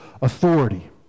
authority